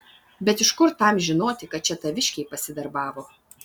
bet iš kur tam žinoti kad čia taviškiai pasidarbavo